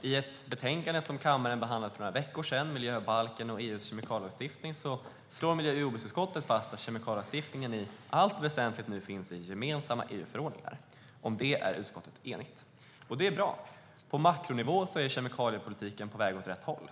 I ett betänkande som kammaren behandlade för några veckor sedan, Miljöbalken och EU:s kemikalielagstiftning m.m. , slår miljö och jordbruksutskottet fast att kemikalielagstiftningen i allt väsentligt nu finns i gemensamma EU-förordningar. Om det är utskottet enigt, och det är bra. På makronivå är kemikaliepolitiken på väg åt rätt håll.